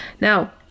Now